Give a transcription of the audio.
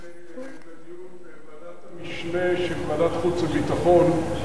אני מבקש להעביר לדיון בוועדת המשנה של ועדת החוץ והביטחון.